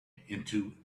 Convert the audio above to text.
into